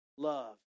Love